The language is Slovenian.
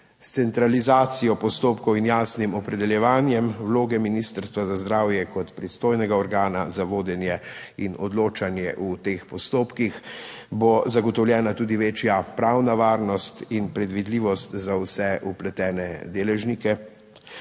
S centralizacijo postopkov in jasnim opredeljevanjem vloge Ministrstva za zdravje kot pristojnega organa za vodenje in odločanje v teh postopkih bo zagotovljena tudi večja pravna varnost in predvidljivost za vse vpletene deležnike.